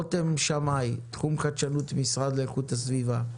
רותם שמאי, תחום חדשנות, המשרד לאיכות הסביבה.